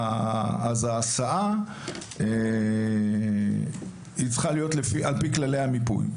על-אזורי - ההסעה צריכה להיות על פי כללי המיפוי.